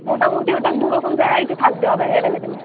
মোটামুটি ওটা দু রকম ভ্যারাইটি থাকবে অবে অ্যাভেলেবেল